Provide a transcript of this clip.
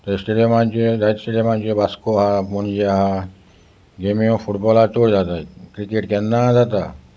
तर स्टेडियमाचेर जाय स्टेडियमाचे वास्को आसा पणजे आसा गेमी फुटबॉला चड जाताय क्रिकेट केन्ना जाता